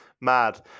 mad